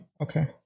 Okay